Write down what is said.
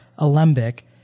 alembic